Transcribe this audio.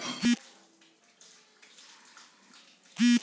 हमरा कलेह ही सब्सिडी वाला उधार मिल लय है